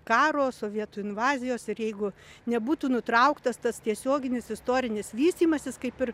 karo sovietų invazijos ir jeigu nebūtų nutrauktas tas tiesioginis istorinis vystymasis kaip ir